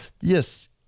yes